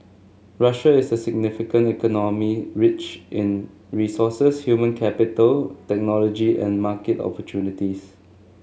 Russia is a significant economy rich in resources human capital technology and market opportunities